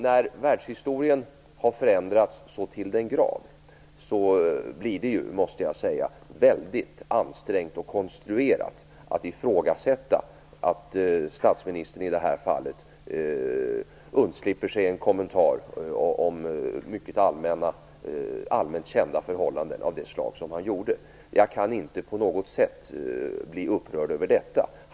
När världshistorien har förändrats så till den grad, måste jag säga att det blir mycket ansträngt och konstruerat att ifrågasätta att statsministern i det här fallet undslapp sig en kommentar om mycket allmänt kända förhållanden så som han gjorde. Jag kan inte på något sätt bli upprörd över detta.